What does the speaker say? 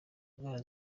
indwara